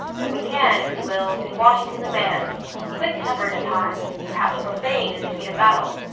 and we can, if we will, see washington the man quick-tempered at times, perhaps profane in the heat of battle,